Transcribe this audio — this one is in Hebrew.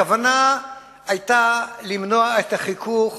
הכוונה היתה למנוע את החיכוך